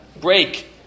Break